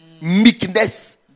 meekness